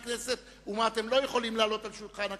הכנסת ומה אתם לא יכולים להעלות על שולחן הכנסת,